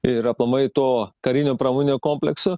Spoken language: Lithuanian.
ir aplamai to karinio pramoninio komplekso